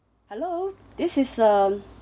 hello this is uh